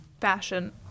fashion